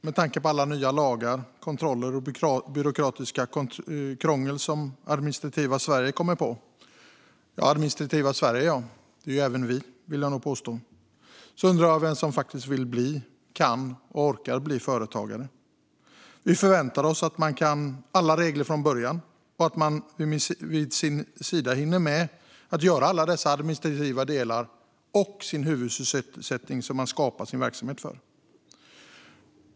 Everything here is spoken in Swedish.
Med tanke på alla nya lagar och kontroller och allt byråkratiskt krångel som det administrativa Sverige kommer på har jag funderat lite på vem som vill, kan och orkar bli företagare. Vi förväntar oss att man kan alla regler från början och att man vid sidan om den huvudsysselsättning som man skapade verksamheten för hinner med att göra alla administrativa delar. Det administrativa Sverige utgörs för övrigt även av oss här, vill jag nog påstå.